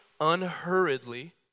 unhurriedly